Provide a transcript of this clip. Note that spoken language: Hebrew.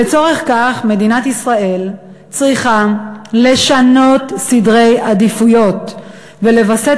לצורך זה מדינת ישראל צריכה לשנות סדרי עדיפויות ולווסת